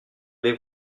aller